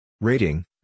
rating